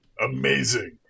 Amazing